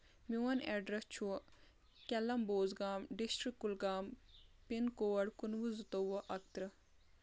میون ایڈرَس چھُ Kelam Bozgam district Kulgam pin code کُنوُہ زٕتووُہ اکترٕہ